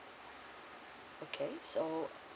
okay so